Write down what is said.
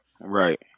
right